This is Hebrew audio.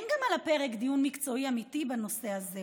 גם אין על הפרק דיון מקצועי אמיתי בנושא הזה,